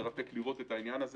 ומרתק לראות את זה.